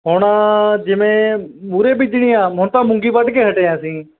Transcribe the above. ਹੁਣ ਜਿਵੇਂ ਮੂਹਰੇ ਬੀਜਣੀ ਆ ਹੁਣ ਤਾਂ ਮੂੰਗੀ ਵੱਢ ਕੇ ਹਟੇ ਹਾਂ ਅਸੀਂ